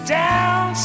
down